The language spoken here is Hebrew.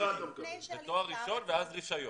תואר ראשון ואז רישיון.